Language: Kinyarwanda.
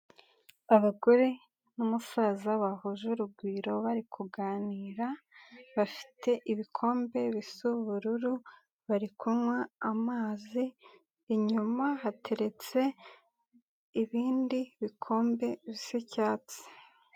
Abagore n'umusaza bahuje urugwiro bari kuganira bafite ibikombe bisa ubururu bari kunywa amazi, inyuma hateretse ibindi bikombe bisa icyatsi.